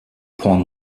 point